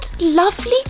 lovely